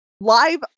live